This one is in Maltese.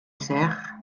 iseħħ